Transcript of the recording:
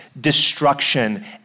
destruction